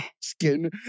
skin